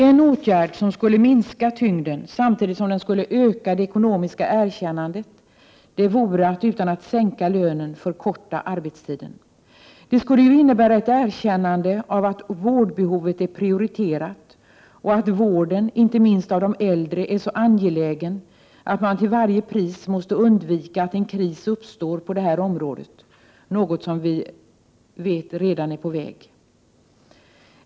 En åtgärd som skulle minska tyngden samtidigt som den skulle öka det ekonomiska erkännandet vore att förkorta arbetstiden, utan att sänka lönen. Det skulle innebära ett erkännande av att vårdbehovet är prioriterat och att vården, inte minst av de äldre, är så angelägen att det till varje pris måste undvikas att en kris uppstår på detta område — något som redan är på väg.